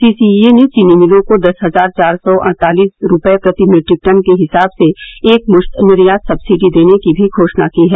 CCEA ने चीनी मिलों को दस हजार चार सौ अड़तालिस रूपये प्रति मीट्रिक टन के हिसाब से एक मृश्त निर्यात सक्सिडी देने की भी घोषणा की है